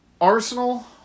Arsenal